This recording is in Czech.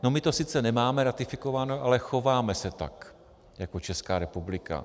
My to sice nemáme ratifikováno, ale chováme se tak jako Česká republika.